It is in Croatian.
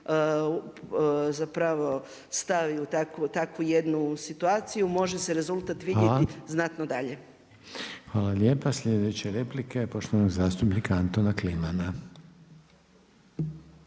Sinja stavi u takvu jednu situaciju može se rezultat vidjeti znatno dalje. **Reiner, Željko (HDZ)** Hvala lijepa. Sljedeća replika je poštovanog zastupnika Antona Klimana.